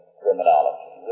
criminology